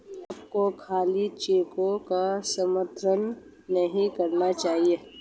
आपको खाली चेकों का समर्थन नहीं करना चाहिए